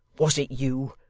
was it you?